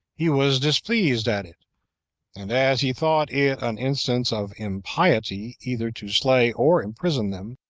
he was displeased at it and as he thought it an instance of impiety either to slay or imprison them,